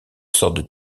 sortes